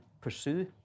pursue